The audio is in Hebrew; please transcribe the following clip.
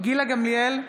גילה גמליאל,